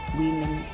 women